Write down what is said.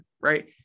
right